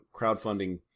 crowdfunding